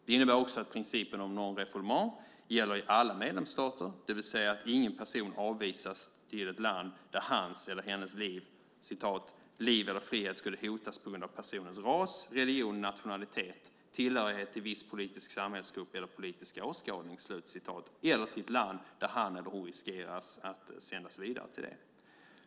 Det innebär vidare att principen om non-reformant gäller i alla medlemsstater, det vill säga att ingen person avvisas till ett land där hans eller hennes "liv eller frihet skulle hotas på grund av personens ras, religion, nationalitet, tillhörighet till viss samhällsgrupp eller politisk åskådning" eller till ett land där han eller hon riskerar att sändas vidare.